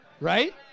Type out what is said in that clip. Right